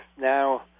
now